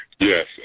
Yes